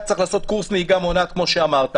צריך לעבור קורס נהיגה מונעת כמו שאמרת,